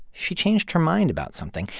she changed her mind about something.